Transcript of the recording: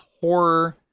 horror